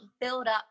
buildup